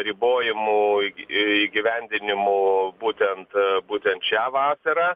ribojimų įgy įgyvendinimu būtent būtent šią vasarą